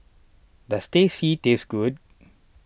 does Teh C taste good